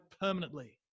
permanently